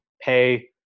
pay